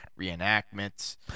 Reenactments